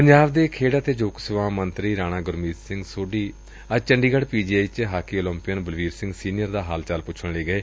ਪੰਜਾਬ ਦੇ ਖੇਡ ਅਤੇ ਯੁਵਕ ਸੇਵਾਵਾਂ ਮੰਤਰੀ ਰਾਣਾ ਗੁਰਮੀਤ ਸਿੰਘ ਸੋਢੀ ਅੱਜ ਚੰਡੀਗੜ ਪੀ ਜੀ ਆਈ ਚ hockey Olympian Balbir Singh senior ਦਾ ਹਾਲ ਚਾਲ ਪੁੱਛਣ ਲਈ ਗਏ